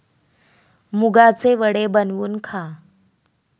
मुगाचे वडे बनवून खा